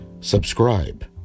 subscribe